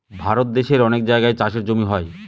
ভারত দেশের অনেক জায়গায় চাষের জমি হয়